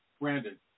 Brandon